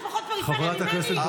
למה אתה חושב,